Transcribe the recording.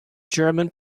german